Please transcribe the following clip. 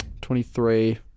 twenty-three